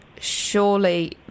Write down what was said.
surely